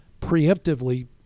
Preemptively